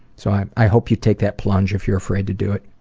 so i i hope you take that plunge if you're afraid to do it.